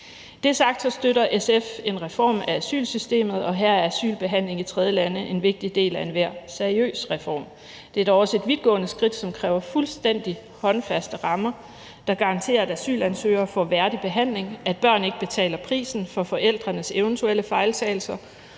er sagt, støtter SF en reform af asylsystemet, og her er asylbehandling i tredjelande en vigtig del af enhver seriøs reform. Det er dog også et vidtgående skridt, som kræver fuldstændig håndfaste rammer, der garanterer, at asylansøgere får en værdig behandling, at børn ikke betaler prisen for forældrenes eventuelle fejltagelser,